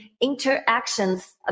interactions